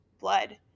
blood